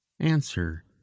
Answer